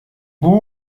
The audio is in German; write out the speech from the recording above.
buh